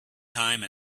time